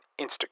Instagram